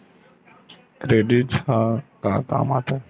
Credit ह का काम आथे?